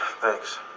Thanks